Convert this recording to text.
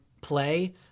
play